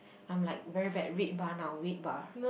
I'm like very bad red bar now red bar